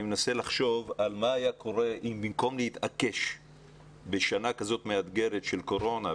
אני מנסה לחשוב מה היה קורה אם במקום להתעקש בשנה כזו מאתגרת של קורונה,